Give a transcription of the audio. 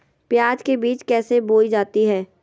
प्याज के बीज कैसे बोई जाती हैं?